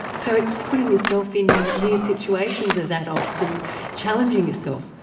so it's putting yourself in new situations as adults and challenging yourself.